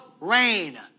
rain